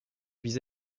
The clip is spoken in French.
vis